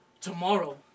Tomorrow